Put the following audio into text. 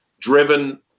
driven